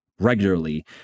regularly